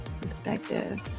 perspective